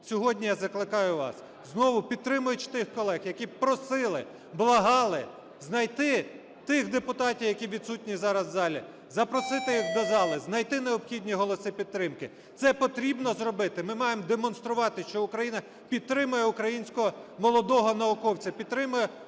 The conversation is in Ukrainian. Сьогодні я закликаю вас, знову підтримуючи тих колег, які просили, благали знати тих депутатів, які відсутні зараз в залі, запросити їх до зали, знайти необхідні голоси підтримки, це потрібно зробити, ми маємо демонструвати, що Україна підтримує українського молодого науковця, підтримує науку